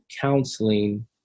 counseling